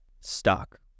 stuck